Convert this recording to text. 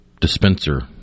dispenser